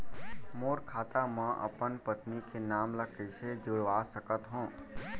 मोर खाता म अपन पत्नी के नाम ल कैसे जुड़वा सकत हो?